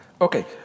Okay